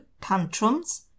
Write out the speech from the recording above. tantrums